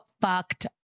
fucked